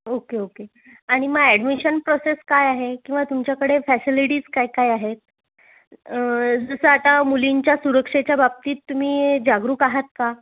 okay okay आणि मग admission process काय आहे किंवा तुमच्याकडे फॅसिलिटीज काय काय आहेत जसं आता मुलींच्या सुरक्षेच्या बाबतीत तुम्ही जागरूक आहात का